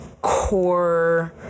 core